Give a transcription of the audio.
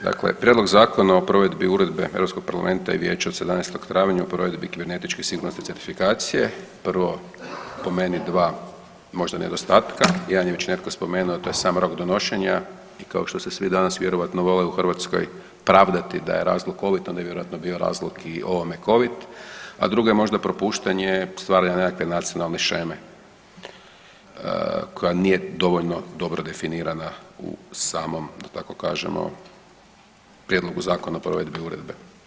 Dakle, Prijedlog zakona o provedbi Uredbe EU 2019/881 Europskog parlamenta i Vijeća od 17. travnja o provedbi kibernetičke sigurnosne certifikacije, prvo po meni dva možda nedostatka, jedan je već netko spomenuo, a to je sam rok donošenja i kao što se svi danas vjerojatno vole u Hrvatskoj pravdati da je razlog covid onda je vjerojatno bio razlog i ovome covid, a drugo je možda propuštanje stvaranje nekakve nacionalne sheme koja nije dovoljno dobro definirana u samom da tako kažemo prijedlogu zakona o provedbi uredbe.